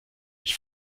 ich